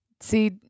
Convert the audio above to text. See